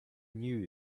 knew